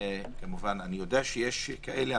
יהיה אני יודע שיש כאלה,